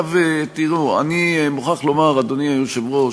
אני מוכרח לומר, אדוני היושב-ראש,